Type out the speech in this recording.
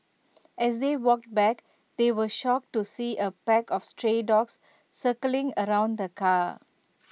as they walked back they were shocked to see A pack of stray dogs circling around the car